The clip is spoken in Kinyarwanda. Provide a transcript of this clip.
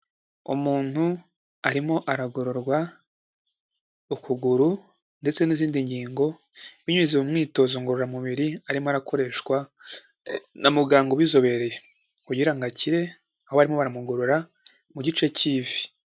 Umuntu arimo aragororwa ukuguru ndetse n'izindi ngingo, binyuze mu myitozo ngororamubiri arimo arakoreshwa na muganga ubizobereye kugira ngo akire, aho barimo baramugorora mu gice cy'ivi.